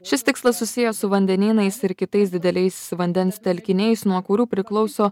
šis tikslas susijęs su vandenynais ir kitais dideliais vandens telkiniais nuo kurių priklauso